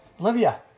Olivia